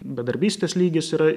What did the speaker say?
bedarbystės lygis yra